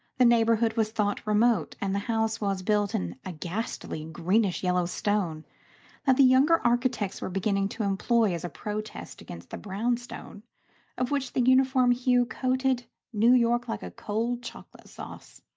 the neighbourhood was thought remote, and the house was built in a ghastly greenish-yellow stone that the younger architects were beginning to employ as a protest against the brownstone of which the uniform hue coated new york like a cold chocolate sauce